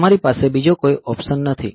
તમારી પાસે બીજો કોઈ ઓપ્શન નથી